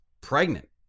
pregnant